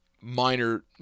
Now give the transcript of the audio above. minor